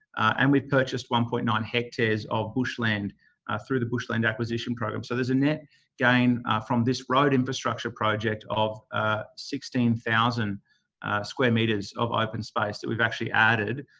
and we've purchased one point nine hectares of bushland through the bushland acquisition program. so, there's a net gain from this road infrastructure project of ah sixteen thousand square metres of open space that we've actually added,